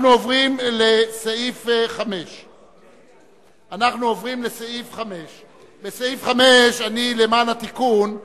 אנחנו עוברים לסעיף 5. למען התיקון,